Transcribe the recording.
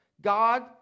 God